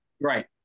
right